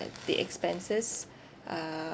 the expenses uh